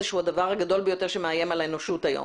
שהוא הדבר הגדול ביותר שמאיים היום על האנושות.